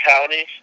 county